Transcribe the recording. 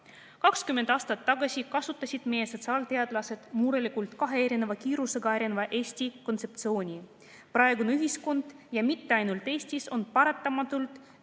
aastat tagasi kasutasid meie sotsiaalteadlased murelikult kahe erineva kiirusega areneva Eesti kontseptsiooni. Praegune ühiskond, ja seda mitte ainult Eestis, on paratamatult